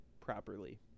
properly